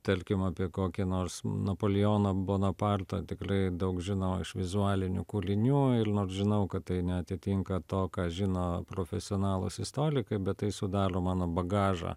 tarkim apie kokį nors napoleoną bonapartą tikrai daug žino iš vizualinių kūlinių ir nors žinau kad tai neatitinka to ką žino profesionalūs istolikai bet tai sudalio mano bagažą